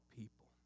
people